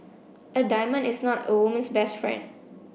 a diamond is not a woman's best friend